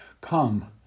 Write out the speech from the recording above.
Come